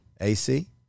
AC